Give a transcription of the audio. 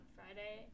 Friday